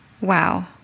Wow